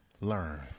learn